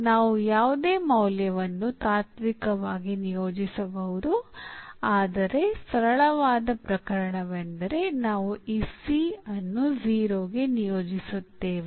ನಾವು ಯಾವುದೇ ಮೌಲ್ಯವನ್ನು ತಾತ್ವಿಕವಾಗಿ ನಿಯೋಜಿಸಬಹುದು ಆದರೆ ಸರಳವಾದ ಪ್ರಕರಣವೆಂದರೆ ನಾವು ಈ C ಅನ್ನು 0 ಗೆ ನಿಯೋಜಿಸುತ್ತೇವೆ